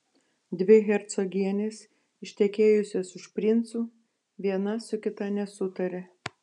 dvi hercogienės ištekėjusios už princų viena su kita nesutaria